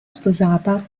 sposata